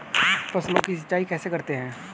फसलों की सिंचाई कैसे करते हैं?